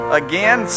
again